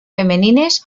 femenines